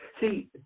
See